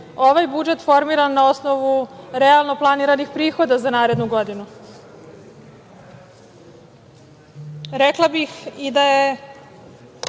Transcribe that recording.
ovaj budžet formiran na osnovu realno planiranih prihoda za narednu godinu. Rekla